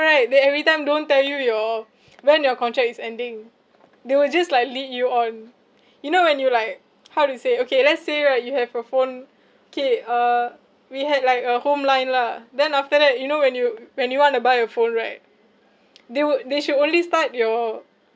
right they every time don't tell you your when your contract is ending they will just like lead you on you know when you like how to say okay let's say right you have your phone kay uh we had like a home line lah then after that you know when you when you want to buy a phone right they would they should only start your